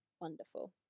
Wonderful